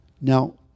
Now